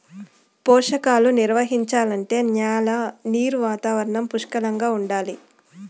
పోషకాలు నిర్వహించాలంటే న్యాల నీరు వాతావరణం పుష్కలంగా ఉండాలి